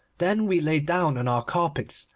then we lay down on our carpets,